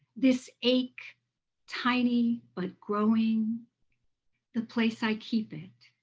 this ache tiny but growing the place i keep it.